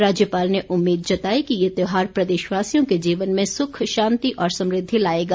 राज्यपाल ने उम्मीद जताई कि ये त्योहार प्रदेशवासियों के जीवन में सुख शांति और समृद्धि लाएगा